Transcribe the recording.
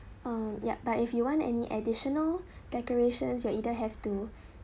um yup but if you want any additional decorations you are either have to